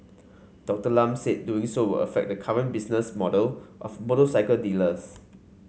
Dr Lam said doing so will affect the current business model of motorcycle dealers